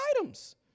items